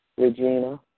Regina